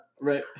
Right